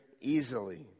easily